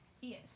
Yes